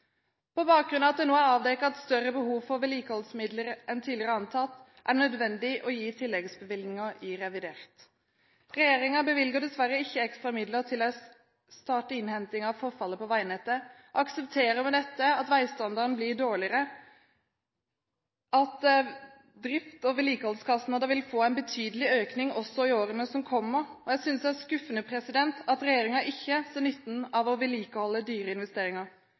På bakgrunn av at det nå er avdekket et større behov for vedlikeholdsmidler enn tidligere antatt, er det nødvendig å gi tilleggsbevilgninger i revidert. Regjeringen bevilger dessverre ikke ekstra midler til å starte innhentingen av forfallet på veinettet og aksepterer med dette at veistandarden blir dårligere, og at drift- og vedlikeholdskostnader vil få en betydelig økning også i årene som kommer. Jeg synes det er skuffende at regjeringen ikke ser nytten av å vedlikeholde dyre investeringer.